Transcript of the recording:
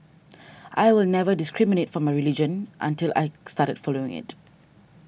I was never discriminated for my religion until I started following it